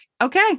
okay